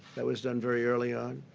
that was done very early on.